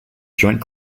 joint